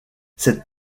cette